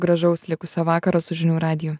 gražaus likusio vakaro su žinių radiju